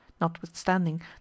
notwithstanding